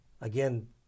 Again